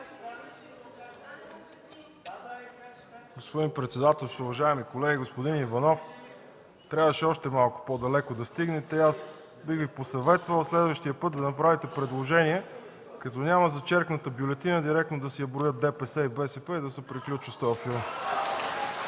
Господин председател, уважаеми колеги, господин Иванов! Трябваше още малко по-далеко да стигнете. Аз бих Ви посъветвал следващия път да направите предложение като няма зачеркната бюлетина, директно да се броят ДПС и БСП и да се приключи с този